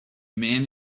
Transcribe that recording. man